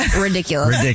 ridiculous